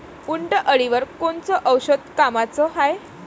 उंटअळीवर कोनचं औषध कामाचं हाये?